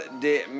de